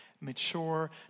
mature